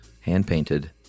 hand-painted